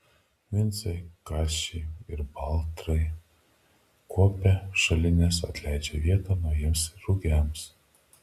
vincai kasčiai ir baltrai kuopia šalines atleidžia vietą naujiems rugiams